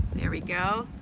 there we go.